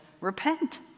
repent